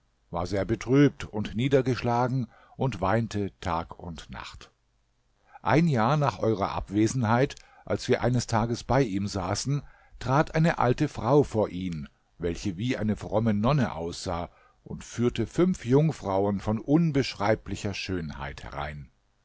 war sehr betrübt und niedergeschlagen und weinte tag und nacht ein jahr nach eurer abwesenheit als wir eines tages bei ihm saßen trat eine alte frau vor ihn welche wie eine fromme nonne aussah und führte fünf jungfrauen von unbeschreiblicher schönheit herein